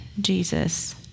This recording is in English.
Jesus